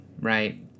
right